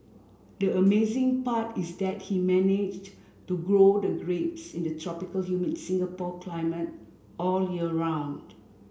the amazing part is that he managed to grow the grapes in the tropical humid Singapore climate all year round